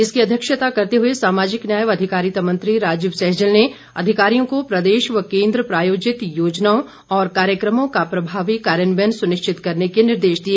इसकी अध्यक्षता करते हुए सामाजिक न्याय व अधिकारिता मंत्री राजीव सहजल ने अधिकारियों को प्रदेश व केन्द्र प्रायोजित योजनाओं और कार्यकमों का प्रभावी कार्यान्वयन सुनिश्चित करने के निर्देश दिए